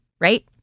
right